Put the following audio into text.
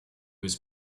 was